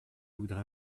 voudrais